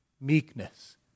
meekness